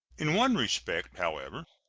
in one respect, however,